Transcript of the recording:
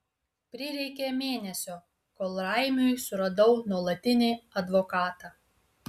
prireikė mėnesio kol raimiui suradau nuolatinį advokatą